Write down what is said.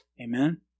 Amen